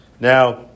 Now